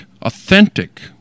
authentic